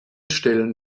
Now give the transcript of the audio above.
stellen